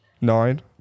Nine